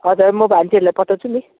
हजुर म भान्जीहरूलाई पठाउँछु नि